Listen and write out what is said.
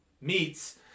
meats